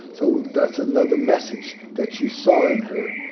so that's another message that you saw in her,